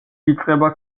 იწყება